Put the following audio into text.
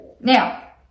Now